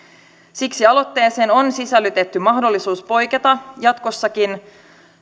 siksi aloitteeseen on sisällytetty mahdollisuus poiketa jatkossakin